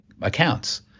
accounts